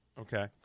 Okay